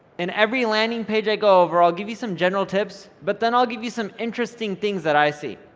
and every landing page i go over, i'll give you some general tips, but then i'll give you some interesting things that i see.